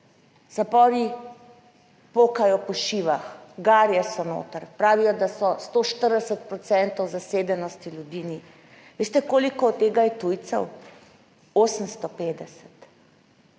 Zapori pokajo po šivah, garje so noter, pravijo, da so 140 % zasedenosti, ljudi ni. Veste koliko od tega je tujcev? 850.